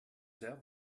sehr